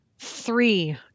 three